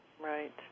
Right